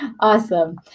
Awesome